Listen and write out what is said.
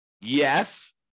Yes